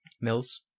Mills